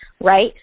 right